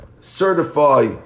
certify